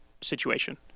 situation